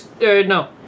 no